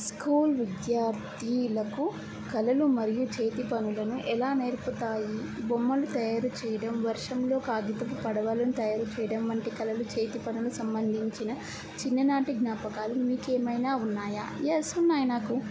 school విద్యార్థీలకు కళలు మరియు చేతి పనులను ఎలా నేర్పుతాయి బొమ్మలు తయారుచేయడం వర్షంలో కాగితపు పడవలను తయారు చేయడం వంటి కళలు చేతి పనులు సంబంధించిన చిన్ననాటి జ్ఞాపకాలు మీకు ఏమైనా ఉన్నాయా ఎస్ ఉన్నాయి నాకు